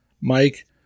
Mike